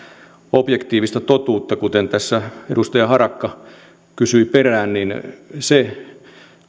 objektiivista totuutta kuten tässä edustaja harakka kysyi se perään että se